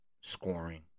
scoring